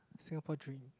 Singapore dream